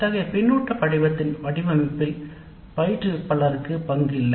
அத்தகைய கருத்து படிவத்தின் வடிவமைப்பில் பயிற்றுவிப்பாளருக்கு பங்கில்லை